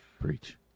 Preach